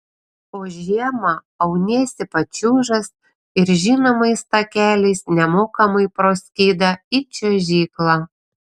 o žiemą auniesi pačiūžas ir žinomais takeliais nemokamai pro skydą į čiuožyklą